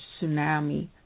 tsunami